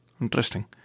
Interesting